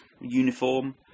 uniform